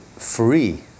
free